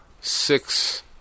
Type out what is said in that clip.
six